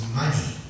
money